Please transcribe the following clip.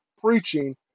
preaching